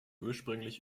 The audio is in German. ursprünglich